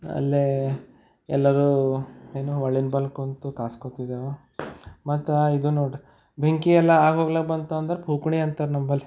ಅಲ್ಲೇ ಎಲ್ಲರೂ ಏನು ಹೊಲೆನ ಬಳಿ ಕೂತು ಕಾಸ್ಕೊಳ್ತಿದೆವು ಮತ್ತು ಇದು ನೋಡಿರಿ ಬೆಂಕಿ ಎಲ್ಲ ಅವಾಗಲೇ ಬಂತು ಅಂದ್ರೆ ಪುಕಣಿ ಅಂತಾರೆ ನಂಬಳಿ